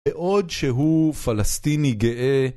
בעוד שהוא פלסטיני גאה